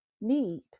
need